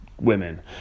women